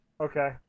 Okay